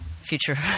future